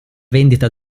vendita